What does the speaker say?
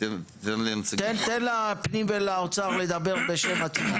תן לפנים ולאוצר לדבר בשם עצמם.